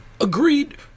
agreed